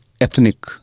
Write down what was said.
ethnic